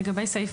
לגבי סעיף